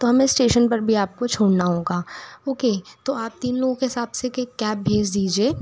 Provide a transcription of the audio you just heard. तो हमे एस्टेशन पर भी आपको छोड़ना होगा ओके तो आप तीन लोगों के हिसाब से एक कैब भेज दीजिये